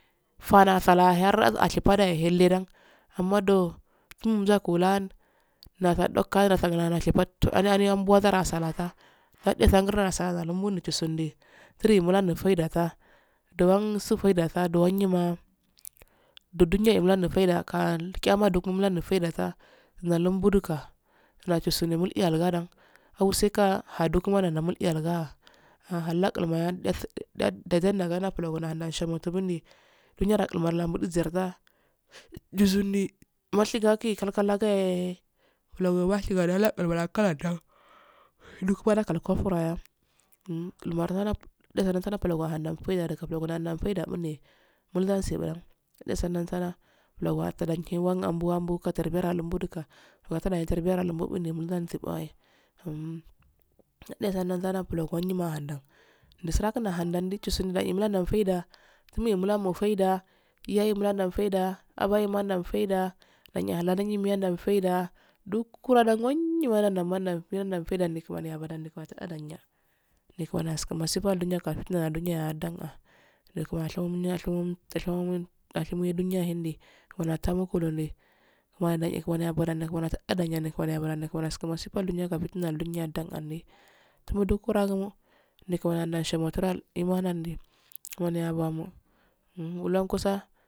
Fna sala her ashepa de unle dan amma do kun a kula nasedo kan nasa gra kan nado pan do aliyanya nbo asala resha iraka hadde sun nguna nason nbu jisu ndi tri naso fanda ka duwan sufulefe du ka duwan ye ma dub dubdoma kiyama yindo faida ka walido mundi ka najisu mun eehnalga ahlka maya daphi daji anga mun ogo nda sha muto mundi duniya da gashaga dingi duniya da gashak mundi duniya da mutsi yarga jisun ndi mashiki haki kalkal yagi bulo niashi balo haki kal ndau kofra um war zana dugum palo wa hand wa faida hundi fada kubulogo fada bundi mul gasiye an dishi en sala lon jara mibudaka watara wanamb ambu katera unbu ka watara tarbiya numbu mbulum gulum mtaye hum saffeye sada ban njinma andun jisu kran na handun jis eh mul hadan faida iya nlhadan fandi aba nul hadan fada dan yala dan eh mul hadan faida duk luka din wenyo man mandanya faida kumani abdan nya na kumani nes masifan duniya nya dan ah kamani atamo kolo nye kuunami shayen aduniya ka fitin nya annya tun tukuragu inana do kumani ya womo lonkusa.